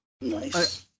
Nice